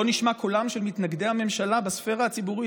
לא נשמע קולם של מתנגדי הממשלה בספרה הציבורית,